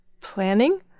planning